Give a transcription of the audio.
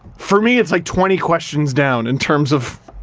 for me, it's like twenty questions down in terms of